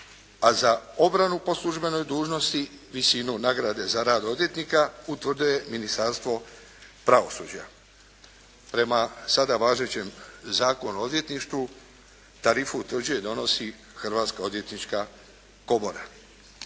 a za obranu po službenoj dužnosti visinu nagrade za rad odvjetnika utvrde Ministarstvo pravosuđa. Prema sada važećem Zakonu o odvjetništvu tarifu utvrđuje i donosi Hrvatska odvjetnička komora.